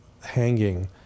hanging